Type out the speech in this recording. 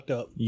up